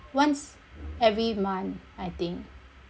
once every month I think